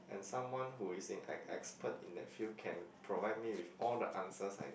and someone who is in an expert in that field can provide me with all the answers I need